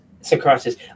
Socrates